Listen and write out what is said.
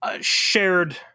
Shared